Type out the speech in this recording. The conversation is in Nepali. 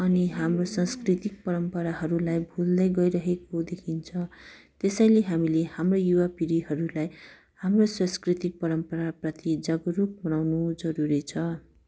अनि हाम्रो सांस्कृतिक परम्पराहरूलाई भुल्दै गइरहेको देखिन्छ त्यसैले हामीले हाम्रो युवा पिँढीहरूलाई हाम्रो संस्कृतिक परम्परा प्रति जागरुक बनाउनु जरुरी छ